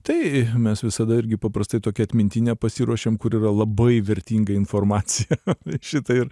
tai mes visada irgi paprastai tokią atmintinę pasiruošiam kur yra labai vertinga informacija apie šitą ir